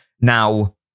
Now